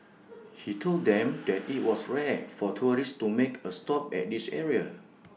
he told them that IT was rare for tourists to make A stop at this area